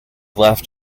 left